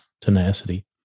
Tenacity